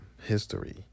history